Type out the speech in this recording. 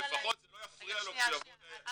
לפחות זה לא יפריע לו כשהוא יבוא למקום עבודה.